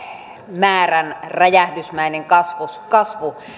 määrän räjähdysmäinen kasvu